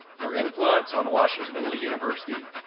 your influence on washington and lee university,